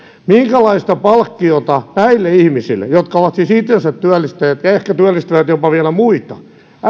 minkälaista palkkiota näille ihmisille jotka ovat siis itsensä työllistäneet ja ehkä työllistäneet jopa vielä muita